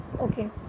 Okay